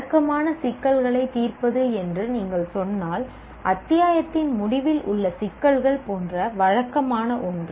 வழக்கமான சிக்கல்களைத் தீர்ப்பது என்று நீங்கள் சொன்னால் அத்தியாயத்தின் முடிவில் உள்ள சிக்கல்கள் போன்ற வழக்கமான ஒன்று